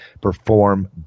perform